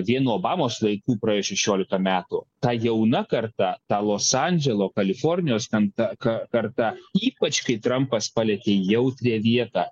vien obamos laikų praėjus šešiolika metų ta jauna karta ta los andželo kalifornijos ten ta karta ypač kai trampas palietė jautrią vietą